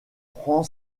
prend